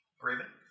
Raven